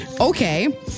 Okay